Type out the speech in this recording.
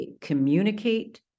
communicate